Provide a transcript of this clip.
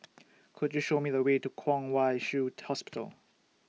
Could YOU Show Me The Way to Kwong Wai Shiu Hospital